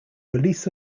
release